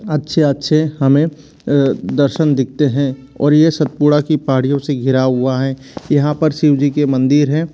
अच्छे अच्छे हमें दर्शन दिखते हैं और ये सतपुड़ा की पहाड़ियों से घिरा हुआ हैं यहाँ पर शिव जी के मंदिर हैं